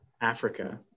africa